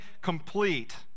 complete